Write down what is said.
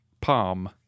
Palm